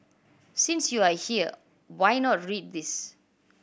since you are here why not read this